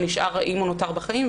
אם הוא נותר בחיים,